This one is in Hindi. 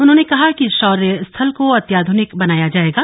उन्होंने कहा कि इस शौर्य स्थल को अत्याधनिक बनाया जायेगा